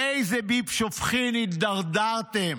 לאיזה ביב שופכין הידרדרתם,